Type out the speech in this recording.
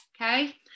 Okay